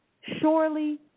Surely